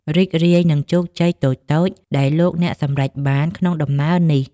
រីករាយនឹងជោគជ័យតូចៗដែលលោកអ្នកសម្រេចបានក្នុងដំណើរនេះ។